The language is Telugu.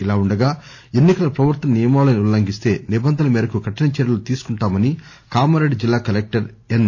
ఇలా ఉండగా ఎన్పికల ప్రవర్తనా నియమావళిని ఉల్లంఘిస్తే నిబంధనల మేరకు కఠిన చర్యలు తీసుకుంటామని కామారెడ్డి జిల్లా కలెక్టర్ ఎన్